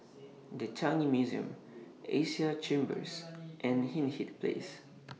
The Changi Museum Asia Chambers and Hindhede Place